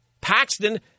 Paxton